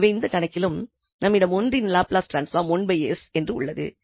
எனவே இந்த கணக்கிலும் நம்மிடம் 1இன் லாப்லஸ் டிரான்ஸ்பாம் என்று உள்ளது